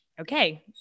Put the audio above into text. okay